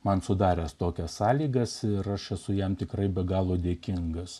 man sudaręs tokias sąlygas ir aš esu jam tikrai be galo dėkingas